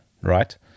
right